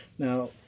Now